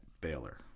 Baylor